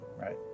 Right